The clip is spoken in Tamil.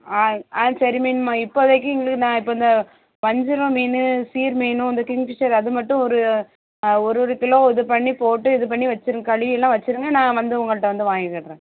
ஆ ஆ சரி மீன் மா இப்போதக்கி எங்களுக்கு நான் இப்போ இந்த வஞ்சிரம் மீன் சீர் மீனும் இந்த கிங்ஃபிஷ்ஷர் அது மட்டும் ஒரு ஒரு ஒரு கிலோ இது பண்ணி போட்டு இது பண்ணி வெச்சுருங்க கழுவி எல்லாம் வெச்சுருங்க நான் வந்து உங்கள்கிட்ட வந்து வாங்கிக்கிடறேன்